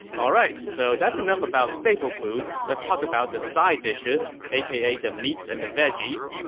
alright, so that's enough about staple food. let's talk about the side dishes, aka the meats and the veggies.